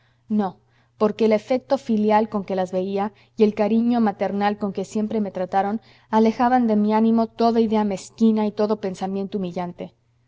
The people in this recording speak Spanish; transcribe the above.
no porque el afecto filial con que las veía y el cariño maternal con que siempre me trataron alejaban de mi ánimo toda idea mezquina y todo pensamiento humillante